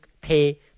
pay